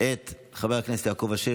את חבר הכנסת יעקב אשר,